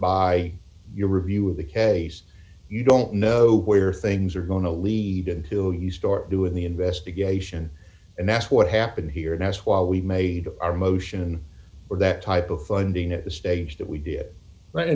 by your review of the case you don't know where things are going to lead until you start doing the investigation and that's what happened here and that's why we made our motion for that type of funding at this stage that we did